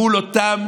מול אותם